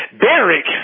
Derek